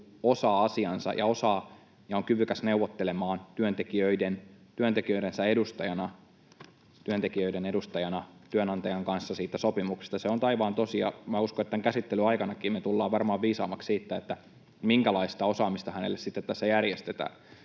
ja osaa ja on kyvykäs neuvottelemaan työntekijöiden edustajana työnantajan kanssa siitä sopimuksesta, se on taivaan tosi. Minä uskon, että tämän käsittelyn aikanakin me tullaan varmaan viisaammiksi siitä, minkälaista osaamista hänelle sitten